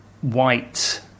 white